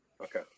Okay